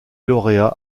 lauréats